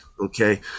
okay